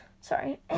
Sorry